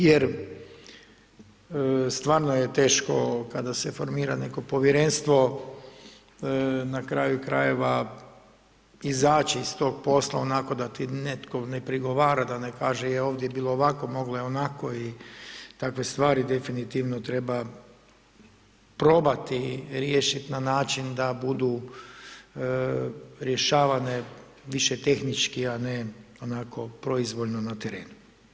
Jer stvarno je teško kada se formira neko povjerenstvo, na kraju krajeva izaći iz tog posla onako da ti netko ne prigovara, da ne kaže je ovdje je bilo ovako, moglo je onako i takve stvari definitivno treba probati riješit na način da budu rješavane više tehnički a ne onako proizvoljno na terenu.